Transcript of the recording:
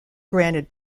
granted